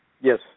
Yes